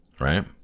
right